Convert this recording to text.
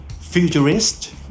futurist